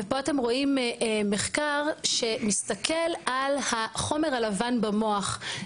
פה אתם רואים מחקר שמסתכל על החומר הלבן במוח,